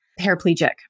paraplegic